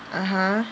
(uh huh)